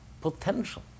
potential